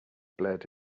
blurred